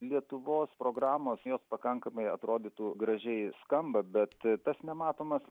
lietuvos programos jos pakankamai atrodytų gražiai skamba bet tas nematomas